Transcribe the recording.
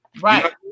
Right